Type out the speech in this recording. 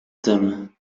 them